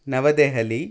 नवदेहलि